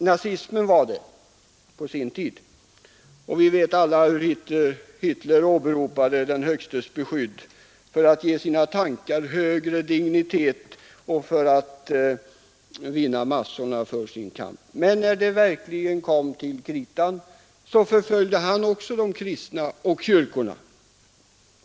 Nazismen gjorde det på sin tid. Vi vet alla hur Hitler åberopade Den högstes beskydd för att ge sina tankar högre dignitet och för att vinna massorna för sin kamp, men när det verkligen kom till kritan förföljde också han de kristna och kyrkorna.